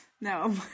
No